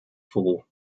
four